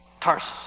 Tarsus